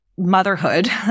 motherhood